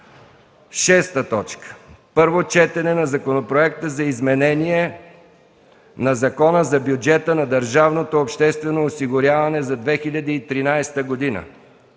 съвет. 6. Първо четене на законопроекти за изменение на Закона за бюджета на държавното обществено осигуряване за 2013 г.